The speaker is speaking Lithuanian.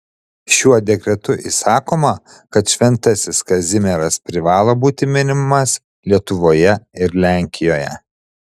šiuo dekretu įsakoma kad šventasis kazimieras privalo būti minimas lietuvoje ir lenkijoje